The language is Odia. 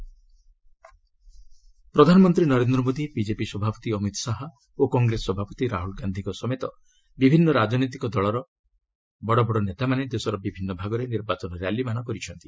କ୍ୟାମ୍ପେନିଂ ପ୍ରଧାନମନ୍ତ୍ରୀ ନରେନ୍ଦ୍ର ମୋଦି ବିଜେପି ସଭାପତି ଅମିତ ଶାହା ଓ କଂଗ୍ରେସ ସଭାପତି ରାହ୍ରଲ ଗାନ୍ଧିଙ୍କ ସମେତ ବିଭିନ୍ନ ରାଜନୈତିକ ଦଳର ନେତାମାନେ ଦେଶର ବିଭିନ୍ନ ଭାଗରେ ନିର୍ବାଚନ ର୍ୟାଲିମାନ କରିଛନ୍ତି